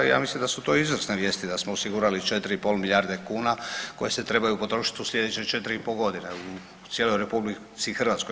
Ja mislim da su to izvrsne vijesti da smo osigurali 4,5 milijarde kuna koje se trebaju potrošiti u slijedeće 4,5 godine u cijeloj RH.